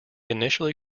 initially